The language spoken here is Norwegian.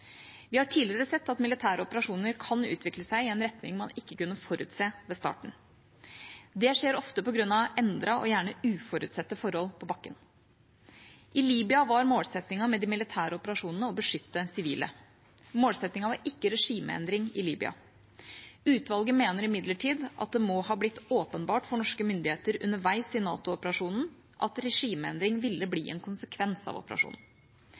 i en retning man ikke kunne forutse ved starten. Dette skjer ofte på grunn av endrede og gjerne uforutsette forhold på bakken. I Libya var målsettingen med de militære operasjonene å beskytte sivile. Målsettingen var ikke regimeendring i Libya. Utvalget mener imidlertid at det må ha blitt åpenbart for norske myndigheter underveis i NATO-operasjonen at regimeendring ville bli en konsekvens av operasjonen.